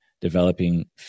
developing